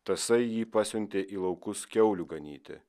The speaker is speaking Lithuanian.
tasai jį pasiuntė į laukus kiaulių ganyti